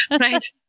Right